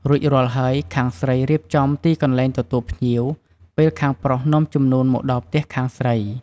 រួចរាល់ហើយ ខាងស្រីរៀបចំទីកន្លែងទទួលភ្ញៀវ ពេលខាងប្រុសនាំជំនូនមកដល់ផ្ទះខាងស្រី។